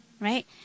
Right